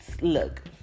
look